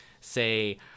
say